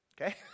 Okay